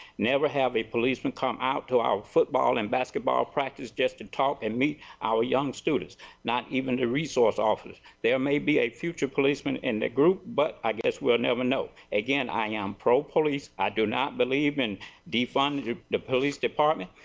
never have a policeman come out to our football and basketball practice just to talk and meet our young students not even to resource officers there may be future policeman in group but i guess we will never know. again i am pro police. i do not believe in defunding the police department.